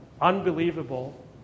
Unbelievable